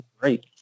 great